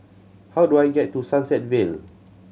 how do I get to Sunset Vale